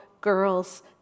girls